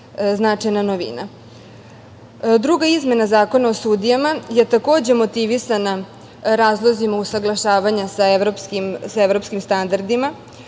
značajna novina. Druga izmena Zakona o sudijama je takođe motivisana razlozima usaglašavanja sa evropskim standardima,